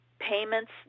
payments